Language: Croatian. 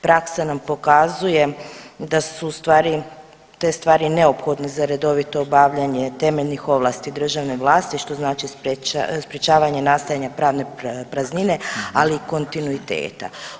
Praksa nam pokazuje da su u stvari te stvari neophodne za redovito obavljanje temeljnih ovlasti državne vlasti što znači sprječavanje nastajanja pravne praznine ali i kontinuiteta.